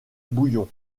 bouillon